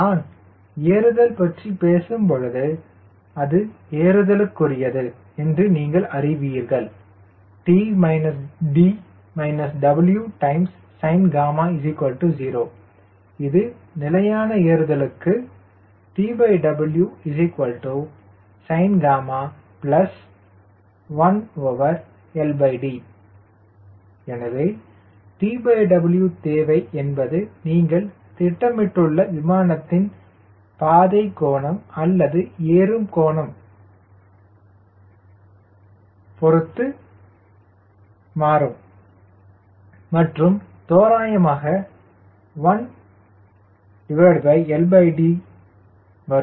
நான் ஏறுதல் பற்றி பேசும்பொழுது அது ஏறுதலுக்கு உரியது என்று நீங்கள் அறிவீர்கள் T D Wsinγ0 இது நிலையான ஏறுதலுக்கு TWsinγ1LD எனவே TW தேவை என்பது நீங்கள் திட்டமிட்டுள்ள விமானத்தின் பாதை கோணம் அல்லது ஏறும் கோணம் மற்றும் தோராயமாக 1LD வரும்